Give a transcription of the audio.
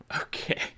Okay